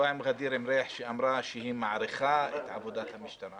לא עם ע'דיר מריח שאמרה שהיא מעריכה את עבודת המשטרה.